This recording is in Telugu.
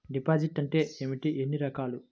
డిపాజిట్ అంటే ఏమిటీ ఎన్ని రకాలు?